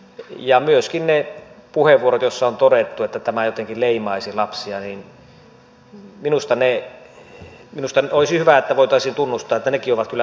ja minusta olisi hyvä että voitaisiin tunnustaa että myöskin ne puheenvuorot joissa on todettu että tämä jotenkin leimaisi lapsia ovat nekin kyllä ylimitoitettuja